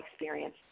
experience